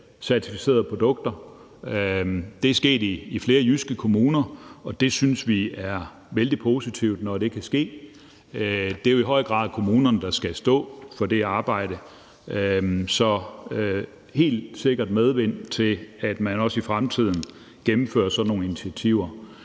halalcertificerede produkter. Det er sket i flere jyske kommuner, og vi synes, det er vældig positivt, når det kan ske. Det er jo i høj grad kommunerne, der skal stå for det arbejde, så der vil helt sikkert også være medvind, i forhold til at man i fremtiden gennemfører sådan nogle initiativer.